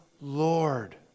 Lord